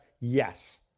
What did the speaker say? Yes